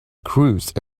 cruised